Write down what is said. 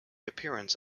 appearance